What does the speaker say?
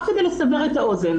רק כדי לסבר את האוזן.